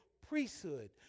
priesthood